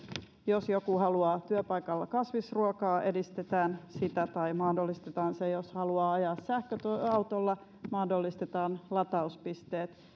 jos joku haluaa työpaikalla kasvisruokaa edistetään sitä tai mahdollistetaan se jos haluaa ajaa sähköautolla mahdollistetaan latauspisteet